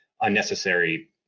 unnecessary